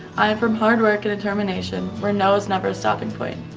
i am from hard work and determination, where no is never a stopping point.